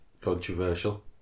Controversial